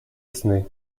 ясны